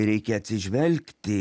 reikia atsižvelgti